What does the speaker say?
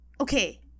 okay